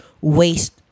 waste